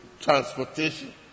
transportation